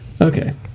Okay